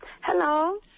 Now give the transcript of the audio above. Hello